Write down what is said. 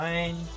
Fine